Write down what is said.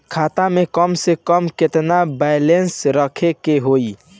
खाता में कम से कम केतना बैलेंस रखे के होईं?